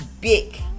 big